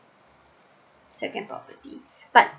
second property